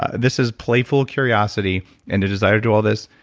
ah this is playful curiosity and a desire to do all this.